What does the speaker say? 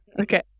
okay